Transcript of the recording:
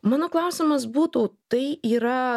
mano klausimas būtų tai yra